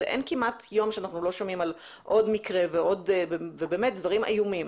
אין כמעט יום שאנחנו לא שומעים על עוד מקרה ודברים איומים.